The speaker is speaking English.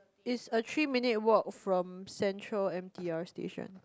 is a three minute walk from Central m_r_t station